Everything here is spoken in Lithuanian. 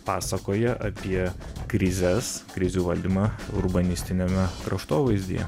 pasakoja apie krizes krizių valdymą urbanistiniame kraštovaizdyje